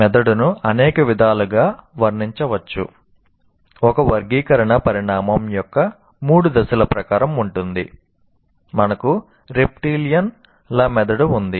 మెదడును అనేక విధాలుగా వర్ణించవచ్చు ఒక వర్గీకరణ పరిణామం యొక్క మూడు దశల ప్రకారం ఉంటుంది